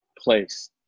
place